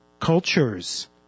cultures